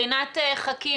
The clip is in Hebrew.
רינת חכים,